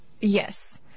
Yes